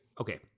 okay